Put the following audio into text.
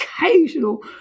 occasional